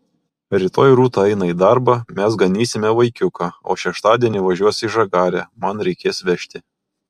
rytoj rūta eina į darbą mes ganysime vaikiuką o šeštadienį važiuos į žagarę man reikės vežti